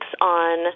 on